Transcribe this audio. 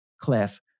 Cliff